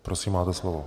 Prosím, máte slovo.